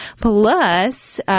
Plus